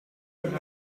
would